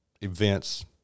events